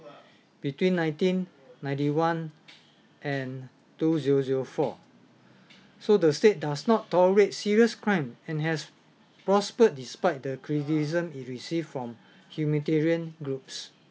between nineteen ninety one and two zero zero four so the state does not tolerate serious crime and has prospered despite the criticism it received from humanitarian groups